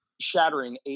shattering